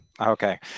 Okay